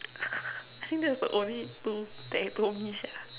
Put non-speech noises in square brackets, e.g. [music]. [laughs] I think that's the only two that you told me sia